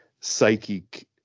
psychic